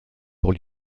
pour